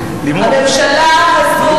הממשלה הזאת,